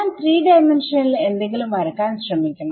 ഞാൻ 3D യിൽ എന്തെങ്കിലും വരയ്ക്കാൻ ശ്രമിക്കണം